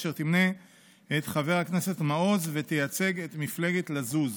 אשר תמנה את חבר הכנסת מעוז ותייצג את מפלגת לזוז.